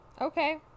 okay